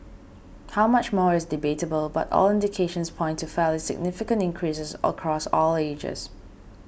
how much more is debatable but all indications point to fairly significant increases across all ages